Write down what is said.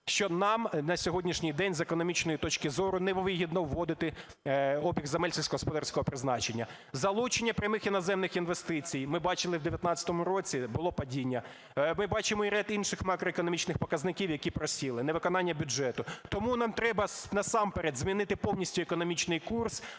що нам на сьогоднішній день з економічної точки зору не вигідно вводити обіг земель сільськогосподарського призначення, залучення прямих іноземних інвестицій. Ми бачили в 19-му році було падіння. Ми бачимо і ряд інших макроекономічних показників, які просіли, невиконання бюджету. Тому нам треба насамперед змінити повністю економічний курс,